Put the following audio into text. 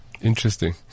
Interesting